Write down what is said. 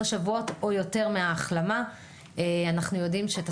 מה אנחנו לוקחים והופכים אותו להיות בית